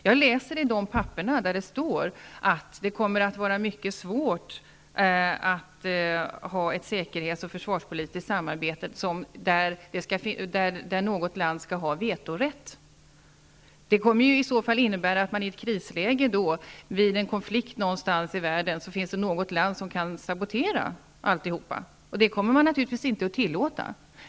Jag läser i de papper där det står att det kommer att vara mycket svårt att ha ett säkerhetsoch försvarspolitiskt samarbete där något land skall ha vetorätt. Det kommer i så fall innebära att i ett krisläge vid en konflikt någonstans i världen finns det något land som kan sabotera allt. Det kommer man naturligtvis inte att tillåta.